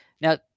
now